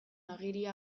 agiria